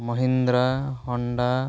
Mahindra Honda